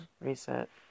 Reset